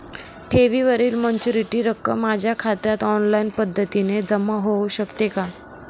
ठेवीवरील मॅच्युरिटीची रक्कम माझ्या खात्यात ऑनलाईन पद्धतीने जमा होऊ शकते का?